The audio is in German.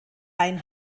ein